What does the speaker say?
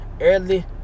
early